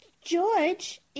George